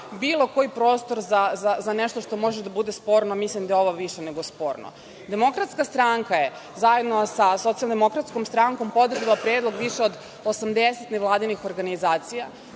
bilo koji prostor za nešto što može da bude sporno, a mislim da je ovo više nego sporno. Demokratska stranka je zajedno sa Socijaldemokratskom strankom podržala predlog više od 80 nevladinih organizacija